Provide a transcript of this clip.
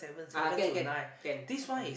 ah can can can mm